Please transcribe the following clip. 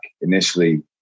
initially